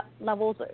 levels